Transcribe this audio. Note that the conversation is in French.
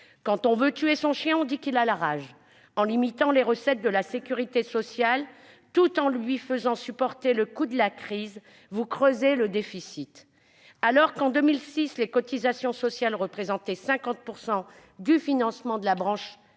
Quand on veut tuer son chien, on dit qu'il a la rage ! En limitant les recettes de la sécurité sociale, tout en lui faisant supporter le coût de la crise, vous creusez le déficit. En 2006, les cotisations sociales représentaient 50 % du financement de la branche